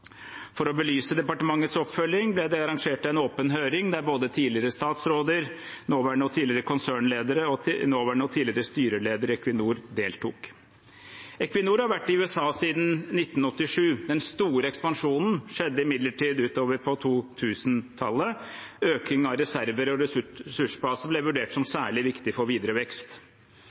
For å belyse departementets oppfølging ble det arrangert en åpen høring der både tidligere statsråder, nåværende og tidligere konsernledere og nåværende og tidligere styreledere i Equinor deltok. Equinor har vært i USA siden 1987. Den store ekspansjonen skjedde imidlertid utover på 2000-tallet. Økning av reserver og ressursbaser ble vurdert som særlig viktig for videre vekst.